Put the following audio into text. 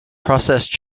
processed